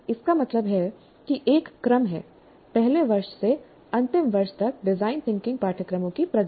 इसका मतलब है कि एक क्रम है पहले वर्ष से अंतिम वर्ष तक डिजाइन थिंकिंग पाठ्यक्रमों की प्रगति